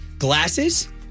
Glasses